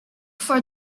for